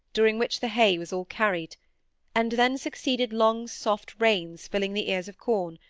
during which the hay was all carried and then succeeded long soft rains filling the ears of corn,